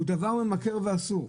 הוא דבר ממכר ואסור.